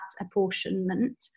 apportionment